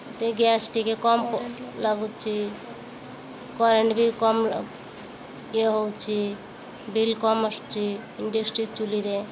gas ଟିକେ କମ୍ ଲାଗୁଛି କରେଣ୍ଟ ବି କମ୍ ଇଏ ହଉଛି ବିଲ୍ କମ ଆସୁଛି ଇଣ୍ଡକ୍ସନ୍ ଚୁଲିରେ